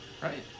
Right